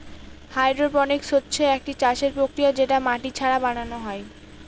hydroponics হচ্ছে একটি চাষের প্রক্রিয়া যেটা মাটি ছাড়া বানানো হয়